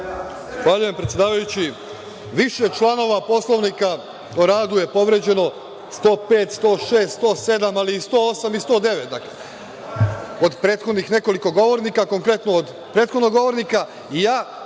Marković** Zahvaljujem. Više članova Poslovnika o radu je povređeno: 105, 106, 107, ali i 108. i 109. od prethodnih nekoliko govornika, konkretno od prethodnog govornika. Ja,